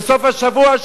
בסוף השבוע,